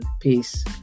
Peace